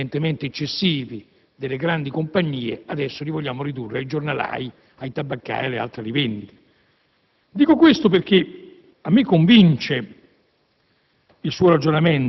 guadagno - evidentemente eccessivi - delle grandi compagnie adesso li vogliamo ridurre ai giornalai, ai tabaccai e alle altre rivendite. Dico questo perché a me convince